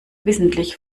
wissentlich